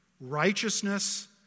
Righteousness